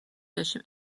داشتیم